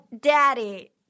daddy